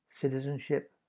citizenship